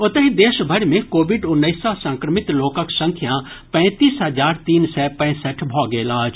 ओतहि देशभरि मे कोविड उन्नैस सँ संक्रमित लोकक संख्या पैंतीस हजार तीन सय पैंसठि भऽ गेल अछि